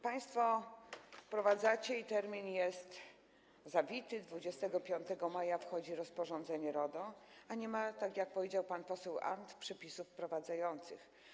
Państwo to wprowadzacie i termin jest zawity, 25 maja wchodzi rozporządzenie RODO, a nie ma, tak jak powiedział pan poseł Arndt, przepisów wprowadzających.